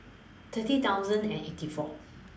thirty thousand and eighty four